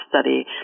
study